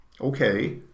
okay